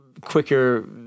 quicker